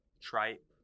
tripe